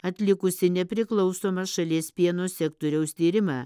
atlikusi nepriklausomą šalies pieno sektoriaus tyrimą